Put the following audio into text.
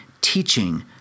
teaching